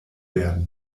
werden